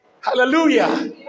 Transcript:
Hallelujah